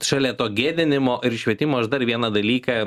šalia to gėdinimo ir švietimo aš dar vieną dalyką